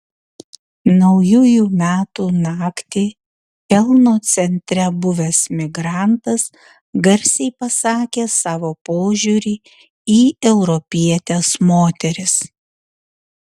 naujųjų metų naktį kelno centre buvęs migrantas garsiai pasakė savo požiūrį į europietes moteris